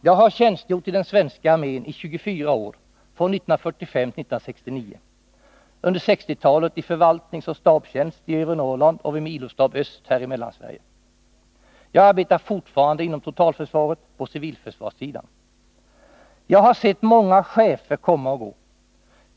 Jag har tjänstgjort i den svenska armén i 24 år, från 1945 till 1969, under 1960-talet i förvaltningsoch stabstjänst i övre Norrland och vid Milostab Öst här i Mellansverige. Jag arbetar fortfarande inom totalförsvaret, på civilförsvarssidan. Jag har sett många chefer komma och gå.